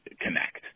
connect